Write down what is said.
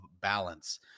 balance